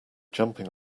jumping